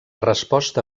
resposta